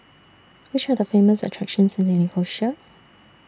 Which Are The Famous attractions in Nicosia